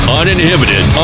uninhibited